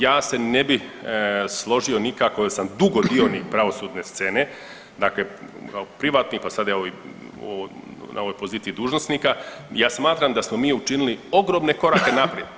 Ja se ne bih složio nikako jel sam dugo dionik pravosudne scene, dakle privatni, pa sad evo na ovoj poziciji dužnosnika, ja smatram da smo mi učinili ogromne korake naprijed.